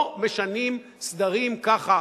לא משנים סדרים ככה,